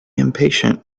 impatient